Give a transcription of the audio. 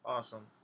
Awesome